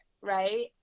right